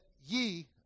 ye